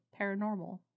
paranormal